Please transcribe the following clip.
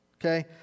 Okay